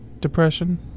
depression